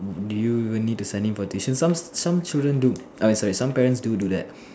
do you even need to send him for tuition some some children do I mean sorry some parents do do that